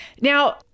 Now